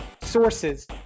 sources